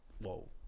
Whoa